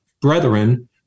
Brethren